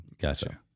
Gotcha